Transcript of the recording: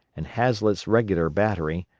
and hazlett's regular battery,